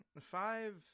Five